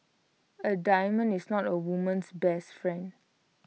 A diamond is not A woman's best friend